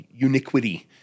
uniquity